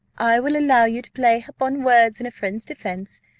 i will allow you to play upon words in a friend's defence,